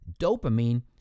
dopamine